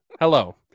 Hello